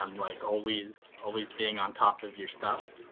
um like always, always being on top of your stuff.